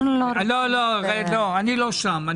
לא, אני לא שם.